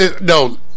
No